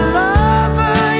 lover